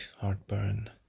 heartburn